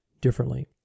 differently